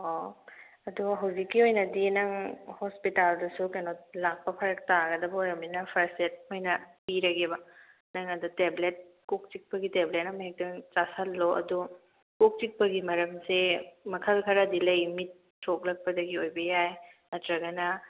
ꯑꯣ ꯑꯗꯣ ꯍꯧꯖꯤꯛꯀꯤ ꯑꯣꯏꯅꯗꯤ ꯅꯪ ꯍꯣꯁꯄꯤꯇꯥꯜꯗꯁꯨ ꯀꯩꯅꯣ ꯂꯥꯛꯄ ꯐꯔꯛ ꯇꯥꯒꯗꯕ ꯑꯣꯏꯔꯃꯤꯅ ꯐꯥꯔꯁ ꯑꯦꯗ ꯑꯣꯏꯅ ꯄꯤꯔꯒꯦꯕ ꯅꯪ ꯑꯗꯨꯗ ꯇꯦꯕ꯭ꯂꯦꯠ ꯀꯣꯛ ꯆꯤꯛꯄꯒꯤ ꯇꯦꯕ꯭ꯂꯦꯠ ꯑꯃ ꯍꯦꯛꯇ ꯆꯥꯁꯜꯂꯣ ꯑꯗꯣ ꯀꯣꯛ ꯆꯤꯛꯄꯒꯤ ꯃꯔꯝꯁꯦ ꯃꯈꯜ ꯈꯔꯗꯤ ꯂꯩ ꯃꯤꯠ ꯁꯣꯛꯂꯛꯄꯗꯒꯤ ꯑꯣꯏꯕ ꯌꯥꯢ ꯅꯠꯇ꯭ꯔꯒꯅ